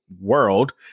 world